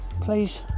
Please